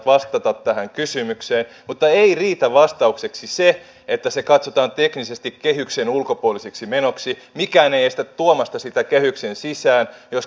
näitä aikaisempia strategioita on valitettavasti vähän vaivannut se että vaikka siellä on hienoja tavoitteita niin valintoja ei olla selkeästi uskallettu tehdä eikä valita niitä polkuja millä sitten nämä tavoitteet saavutetaan